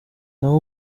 ntawe